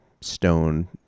stone